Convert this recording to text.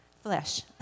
flesh